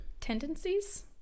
Tendencies